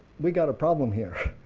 we got a problem here,